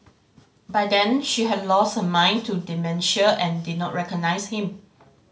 by then she had lost her mind to dementia and did not recognise him